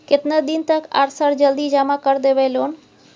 केतना दिन तक आर सर जल्दी जमा कर देबै लोन?